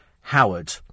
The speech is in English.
Howard